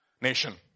nation